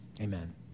Amen